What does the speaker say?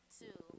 two